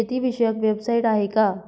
शेतीविषयक वेबसाइट आहे का?